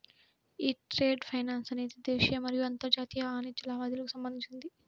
యీ trade finance అనేది దేశీయ మరియు అంతర్జాతీయ వాణిజ్య లావాదేవీలకు సంబంధించినది